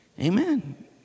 amen